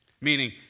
Meaning